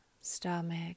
stomach